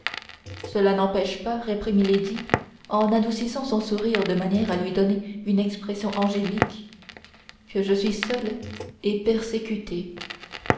cela n'empêche pas reprit milady en adoucissant son sourire de manière à lui donner une expression angélique que je suis seule et persécutée